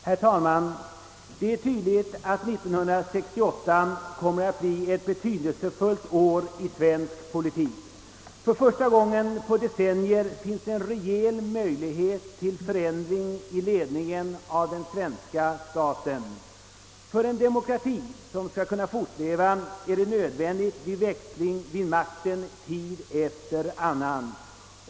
Herr talman! Det är tydligt att 1968 kommer att bli ett betydelsefullt år i svensk politik. För första gången på decennier finns en rejäl möjlighet till förändring i ledningen av den svenska staten. För en demokrati som skall kunna fortleva är det nödvändigt med växling vid makten tid efter annan.